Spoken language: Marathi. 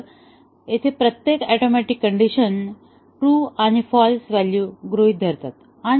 तर येथे प्रत्येक ऍटोमिक कंडिशनने ट्रू आणि फाल्स व्हॅल्यू गृहीत धरली पाहिजे